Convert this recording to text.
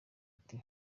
ati